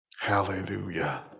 Hallelujah